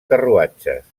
carruatges